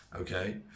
okay